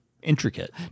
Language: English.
intricate